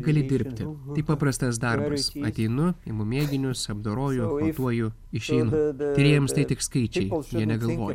gali dirbti tai paprastas darbas ateinu imu mėginius apdoroju motuoju išeinu tyrėjams tai tik skaičiai jie negalvoja